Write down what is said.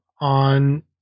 on